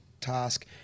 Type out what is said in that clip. task